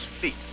feet